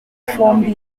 formby